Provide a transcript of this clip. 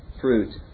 fruit